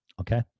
Okay